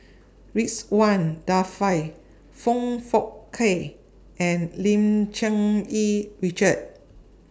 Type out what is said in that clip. Ridzwan Dzafir Foong Fook Kay and Lim Cherng Yih Richard